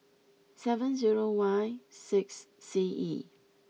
seven zero Y six C E